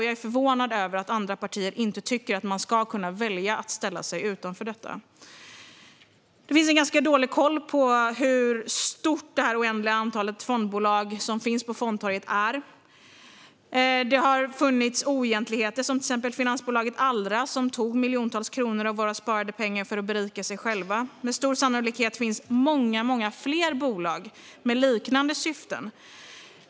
Jag är förvånad över att andra partier inte tycker att man ska kunna välja att ställa sig utanför. Vi har ganska dålig koll på det oändliga antal fondbolag som finns på fondtorget. Det har förekommit oegentligheter, som när finansbolaget Allra tog miljontals kronor av våra sparade pengar för att berika sig själva. Med stor sannolikhet finns många fler bolag med liknande syften.